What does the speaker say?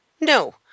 No